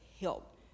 Help